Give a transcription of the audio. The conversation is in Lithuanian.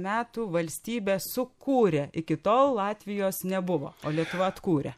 metų valstybę sukūrė iki tol latvijos nebuvo o lietuva atkūrė